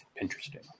Interesting